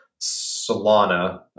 Solana